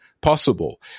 possible